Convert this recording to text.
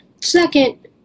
Second